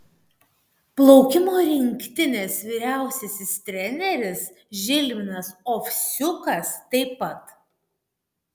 plaukimo rinktinės vyriausiasis treneris žilvinas ovsiukas taip pat